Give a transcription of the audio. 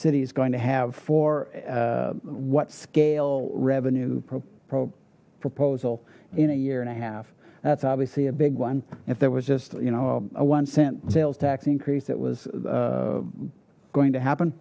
city is going to have for what scale revenue proposal in a year and a half that's obviously a big one if there was just you know a one cent sales tax increase it was going to happen